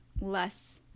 less